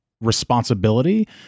responsibility